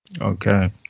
Okay